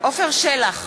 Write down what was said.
עפר שלח,